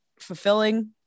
fulfilling